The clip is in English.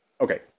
okay